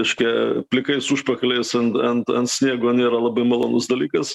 reiškia plikais užpakaliais ant ant ant sniego nėra labai malonus dalykas